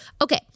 Okay